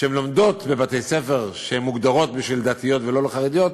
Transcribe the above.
כשהן לומדות בבתי-ספר כשהן מוגדרות דתיות ולא חרדיות,